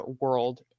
world